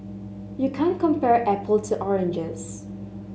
you can't compare apples to oranges